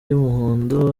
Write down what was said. y’umuhondo